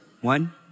One